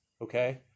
okay